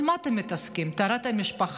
במה אתם מתעסקים, טהרת המשפחה?